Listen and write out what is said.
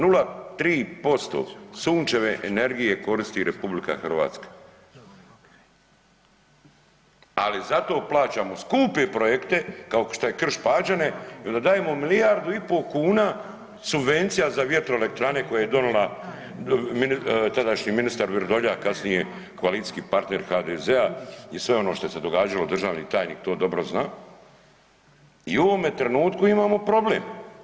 0,3% sunčeve energije koristi RH, ali zato plaćamo skupe projekte kao što je Krš-Pađene i onda dajemo milijardu i pol kuna subvencija za vjetroelektrane koje je donio tadašnji ministar Vrdoljak kasnije koalicijski partner HDZ-a i sve ono što se događalo, državni tajnik to dobro zna i u ovome trenutku imamo problem.